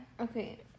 Okay